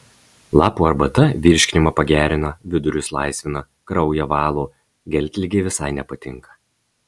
lapų arbata virškinimą pagerina vidurius laisvina kraują valo geltligei visai nepatinka